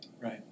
Right